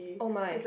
oh my